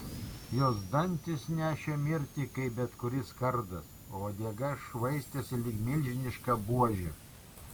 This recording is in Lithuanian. jos dantys nešė mirtį kaip bet kuris kardas o uodega švaistėsi lyg milžiniška buožė